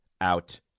out